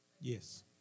Yes